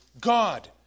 God